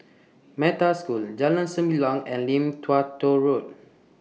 Metta School Jalan Sembilang and Lim Tua Tow Road